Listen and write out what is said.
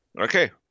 Okay